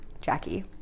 jackie